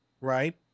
right